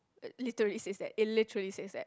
literally says that it literally says that